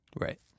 Right